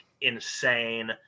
insane